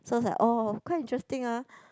sounds like oh quite interesting ah